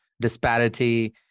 disparity